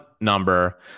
number